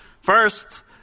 First